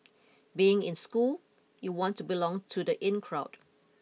being in school you want to belong to the in crowd